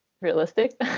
realistic